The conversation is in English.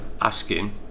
asking